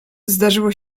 zdarzyło